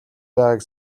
байгааг